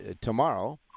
tomorrow